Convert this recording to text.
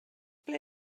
ble